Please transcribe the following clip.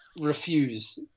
refuse